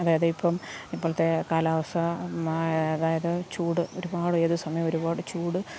അതായത് ഇപ്പം ഇപ്പോളത്തെ കാലാവസ്ഥ അതായത് ചൂട് ഒരുപാട് ഏത് സമയം ഒരുപാട് ചൂട്